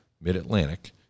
Mid-Atlantic